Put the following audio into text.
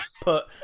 put